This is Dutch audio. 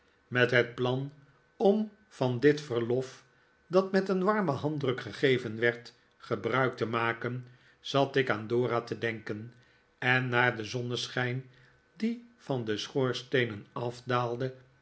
met het plan om van dit verlof dat met een warmen handdruk gegeven werd gebruik te maken zat ik aan dora te denken en naar den zonneschijn die van de schoorsteenen afdaalde